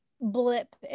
blip